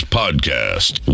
podcast